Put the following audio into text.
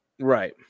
Right